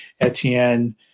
Etienne